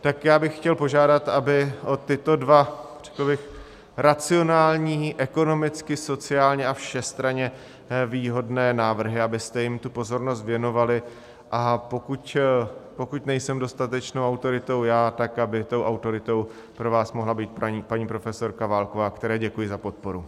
Tak já bych chtěl požádat, aby o tyto dva racionální, ekonomicky, sociálně a všestranně výhodné návrhy, abyste jim tu pozornost věnovali, a pokud nejsem dostatečnou autoritou já, tak aby tou autoritou pro vás mohla být paní profesorka Válková, které děkuji za podporu.